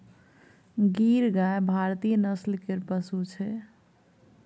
गीर गाय भारतीय नस्ल केर पशु छै